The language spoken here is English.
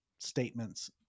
statements